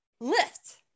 lift